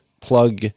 plug